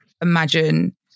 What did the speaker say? imagine